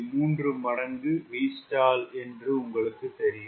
3 மடங்கு Vstall என்று உங்களுக்குத் தெரியும்